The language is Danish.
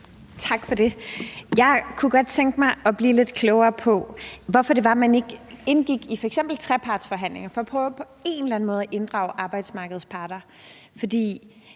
Tak for det. Jeg kunne godt tænke mig at blive lidt klogere på, hvorfor det var, at man ikke indgik i f.eks. trepartsforhandlingerne for at prøve på en eller anden måde at inddrage arbejdsmarkedets parter. For i